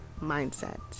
mindset